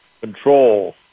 Control